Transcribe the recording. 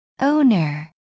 Owner